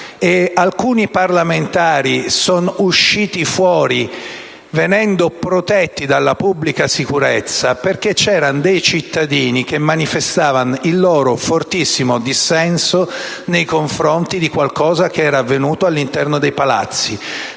alcuni parlamentari sono usciti scortati dalla pubblica sicurezza perché c'erano dei cittadini che manifestavano il loro fortissimo dissenso nei confronti di qualcosa che era avvenuto all'interno dei Palazzi.